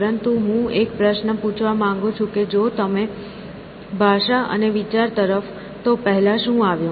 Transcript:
પરંતુ હું એક પ્રશ્ન પૂછવા માંગું છું કે જો તમે ભાષા અને વિચાર તરફ તો પહેલા શું આવ્યું